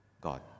God